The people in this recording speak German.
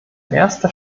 erster